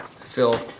Phil